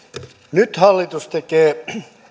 nyt hallitus tekee